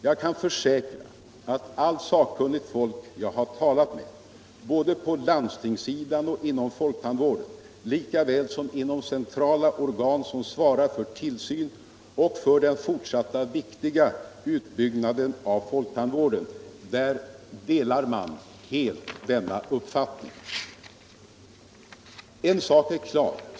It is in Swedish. Jag kan försäkra att allt sakkunnigt folk jag har talat med — på landstingssidan och inom folktandvården lika väl som inom centrala organ som svarar för tillsyn och för den fortsatta viktiga utbyggnaden av folktandvården — helt detar denna uppfattning. En sak är klar.